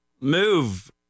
Move